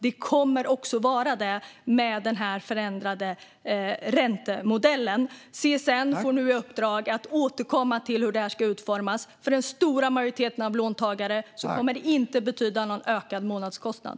Det kommer det också att vara med den förändrade modellen. CSN får nu i uppdrag att återkomma till hur detta ska utformas. För den stora majoriteten av låntagare kommer det inte att betyda någon ökad månadskostnad.